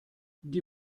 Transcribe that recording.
die